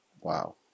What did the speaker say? Wow